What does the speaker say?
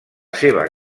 seva